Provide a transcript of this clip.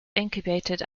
incubated